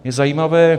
Je zajímavé...